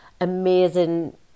amazing